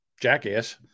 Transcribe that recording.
Jackass